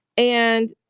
and,